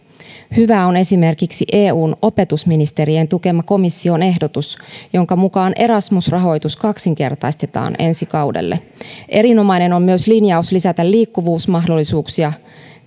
hyvä on esimerkiksi eun opetusministerien tukema komission ehdotus jonka mukaan erasmus rahoitus kaksinkertaistetaan ensi kaudelle erinomainen on myös linjaus lisätä liikkuvuusmahdollisuuksia